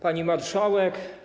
Pani Marszałek!